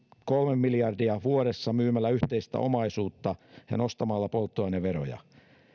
kaksikymmentäkolme miljardia vuodessa myymällä yhteistä omaisuutta ja nostamalla polttoaineveroja